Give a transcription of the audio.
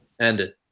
ended